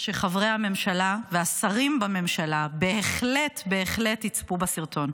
שחברי הממשלה והשרים בממשלה בהחלט בהחלט יצפו בסרטון.